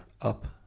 up